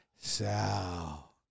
Sal